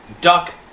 Duck